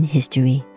History